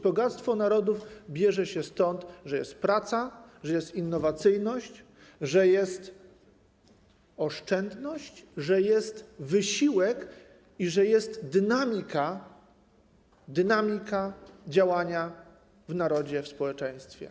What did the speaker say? Bogactwo narodów bierze się stąd, że jest praca, że jest innowacyjność, że jest oszczędność, że jest wysiłek i że jest dynamika działania w narodzie, w społeczeństwie.